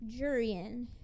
jurian